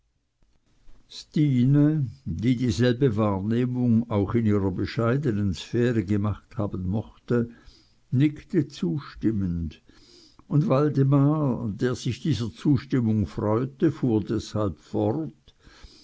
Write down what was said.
stine die dieselbe wahrnehmung auch in ihrer bescheidenen sphäre gemacht haben mochte nickte zustimmend und waldemar der sich dieser zustimmung freute fuhr deshalb fort